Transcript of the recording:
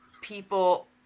people